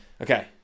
Okay